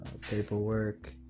paperwork